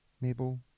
mabel